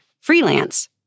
freelance